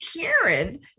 Karen